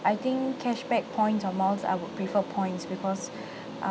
I think cashback points or miles I would prefer points because uh